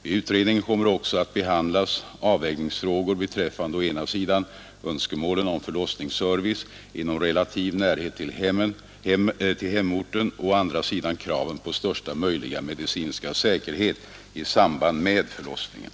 Vid utredningen kommer också att behandlas avvägningsfrågor beträffande å ena sidan önskemålen om förlossningsservice inom relativ närhet till hemorten och å andra sidan kraven på största möjliga medicinska säkerhet i samband med förlossningen.